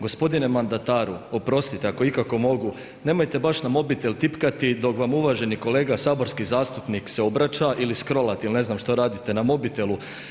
Gospodine mandataru oprostite ako ikako mogu, nemojte baš na mobitel tipkati dok vam uvaženi kolega saborski zastupnik se obraća ili skrolati ili ne znam što radite na mobitelu.